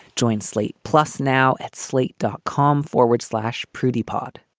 joint slate plus now at slate dot com forward slash prudy pod